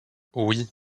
oui